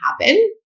happen